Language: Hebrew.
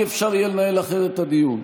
לא יהיה אפשר לנהל אחרת את הדיון.